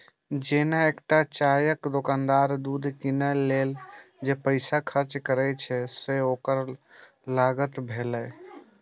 जेना एकटा चायक दोकानदार दूध कीनै लेल जे पैसा खर्च करै छै, से ओकर लागत भेलै